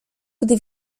gdy